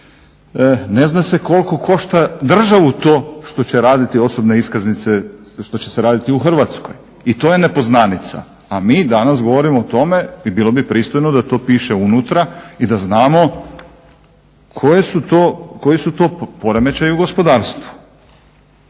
Ne zna se koliko košta državu to što će raditi osobne iskaznice, što će se raditi u Hrvatskoj. I to je nepoznanica. A mi danas govorimo o tome i bilo bi pristojno da to piše unutra i da znamo koji su to poremećaji u gospodarstvu.